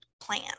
plan